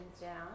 down